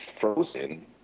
frozen